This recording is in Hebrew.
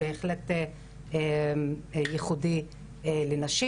אז זה בהחלט ייחודי לנשים.